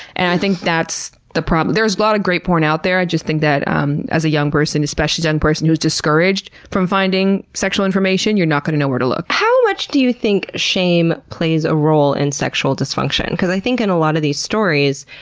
and i think that's the problem. there's a lot of great porn out there. just think that um as a young person, especially a young person who's discouraged from finding sexual information, you're not going to know where to look. how much do you think shame plays a role in sexual dysfunction? because i think in a lot of these stories,